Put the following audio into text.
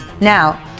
Now